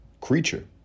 creature